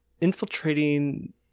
Infiltrating